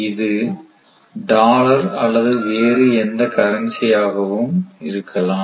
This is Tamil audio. இது டாலர் அல்லது வேறு எந்த கரன்சி ஆகவும் இருக்கலாம்